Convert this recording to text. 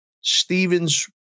Stevens